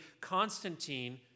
Constantine